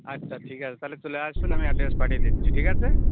আচ্ছা ঠিক আছে তাহলে চলে আসুন আমি অ্যাড্রেস পাঠিয়ে দিচ্ছি ঠিক আছে